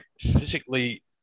physically